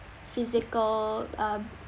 physical uh